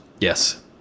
Yes